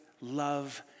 love